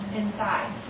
inside